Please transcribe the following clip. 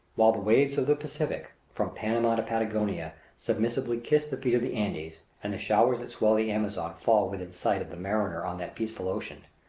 while the waves of the pacific, from panama to patagonia, submissively kiss the feet of the andes, and the showers that swell the amazon fall within sight of the mariner on that peaceful ocean,